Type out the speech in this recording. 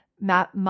Map